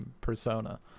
persona